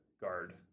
guard